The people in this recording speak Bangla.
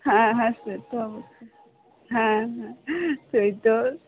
হ্যাঁ হ্যাঁ সে তো অবশ্য হ্যাঁ হ্যাঁ সেই তো